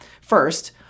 First